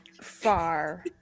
far